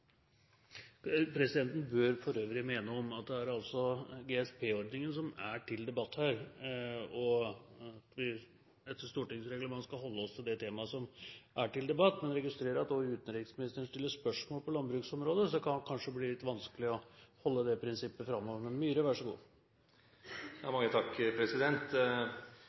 Presidenten bør for øvrig minne om at det altså er GSP-ordningen som er til debatt her, og at vi etter Stortingets reglement skal holde oss til det temaet som er til debatt. Men jeg registrerer at også utenriksministeren stiller spørsmål på landbruksområdet, så det kan kanskje bli litt vanskelig å holde det prinsippet framover. Jeg får trøste både presidenten og utenriksministeren med